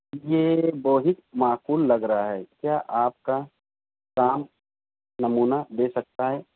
یہ بہت معقول لگ رہا ہے کیا آپ کا کام نمونہ دے سکتا ہے